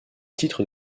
titre